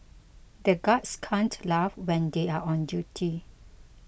the guards can't laugh when they are on duty